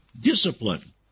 discipline